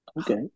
okay